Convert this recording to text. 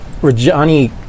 Rajani